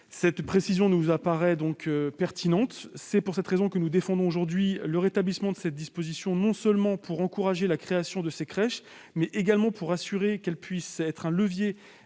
Cette précision nous apparaît pertinente. C'est pourquoi nous défendons aujourd'hui le rétablissement de cette disposition, afin non seulement d'encourager la création de ces crèches, mais également de nous assurer qu'elles pourront être un levier